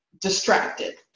distracted